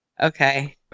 Okay